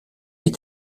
est